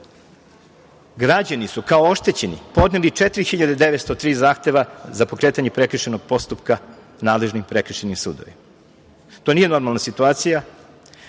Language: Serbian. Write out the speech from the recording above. građani su kao oštećeni podneli 4.903 zahteva za pokretanje prekršajnog postupka nadležnim prekršajnim sudovima. To nije normalna situacija,